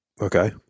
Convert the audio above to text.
Okay